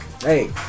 Hey